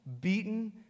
beaten